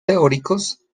teóricos